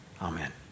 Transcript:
Amen